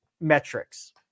metrics